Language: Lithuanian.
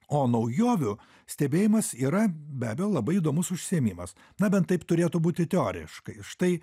o naujovių stebėjimas yra be abejo labai įdomus užsiėmimas na bent taip turėtų būti teoriškai štai